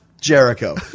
Jericho